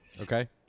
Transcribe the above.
Okay